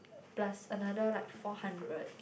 plus another like four hundred